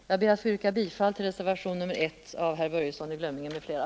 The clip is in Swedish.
Jag ber att få yrka bifall till reservationen 1 av herr Börjesson i Glömminge m.fl.